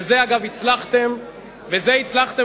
בזה אגב, הצלחתם מצוין.